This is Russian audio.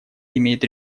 имеет